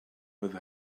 with